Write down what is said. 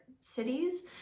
cities